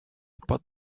bod